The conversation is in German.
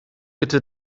bitte